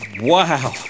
Wow